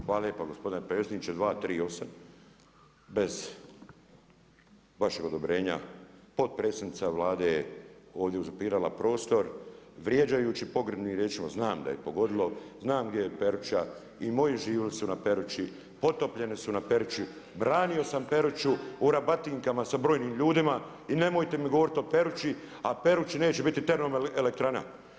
Hvala lijepo gospodine predsjedniče 238. bez vašeg odobrenja, potpredsjednica Vlade je ovdje uzurpirala prostor, vrijeđajući pogrebnim riječima, znam da je ju je pogodilo, znam gdje je Peruća i moj život su na Perući, potopljeni su na Perući, branio sam Peruću u rabatinkama sa brojnim ljudima i nemojte mi govoriti o Perući, a Perući neće biti termoelektrana.